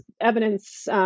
evidence